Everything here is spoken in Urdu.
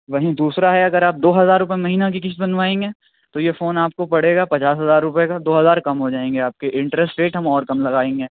وہیں دوسرا ہے اگر آپ دو ہزار روپیے مہینہ کی قسط بنوائیں گے تو یہ فون آپ کو پڑے گا پچاس ہزار روپیے کا دو ہزار کم ہو جائیں گے آپ کے انٹرسٹ ریٹ ہم اور کم لگائیں گے